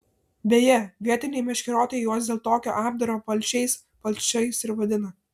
beje vietiniai meškeriotojai juos dėl tokio apdaro palšiais palšais ir vadina